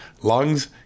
lungs